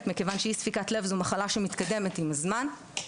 כי אי ספיקת לב היא מחלה שמתקדמת עם הזמן.